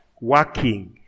working